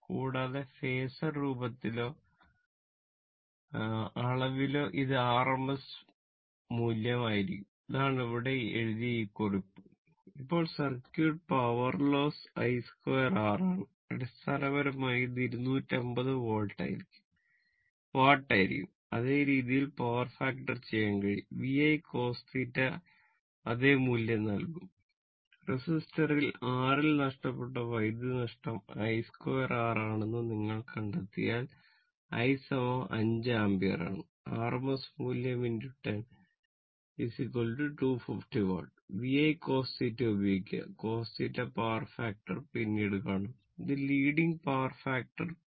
കൂടാതെ ഫേസർ രൂപത്തിലോ അളവിലോ ഇത് ആർഎംഎസ് മൂല്യം ആയിരിക്കും അതാണ് ഇവിടെ എഴുതിയ ഈ കുറിപ്പ് ഇപ്പോൾ സർക്യൂട്ട് പവർ ലോസ് പിന്നീട് കാണും ഇത് ലീഡിങ് പവർ ഫാക്ടർ 0